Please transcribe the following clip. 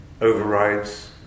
overrides